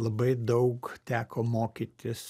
labai daug teko mokytis